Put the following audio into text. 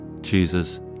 Jesus